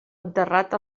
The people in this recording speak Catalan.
enterrat